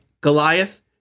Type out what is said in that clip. Goliath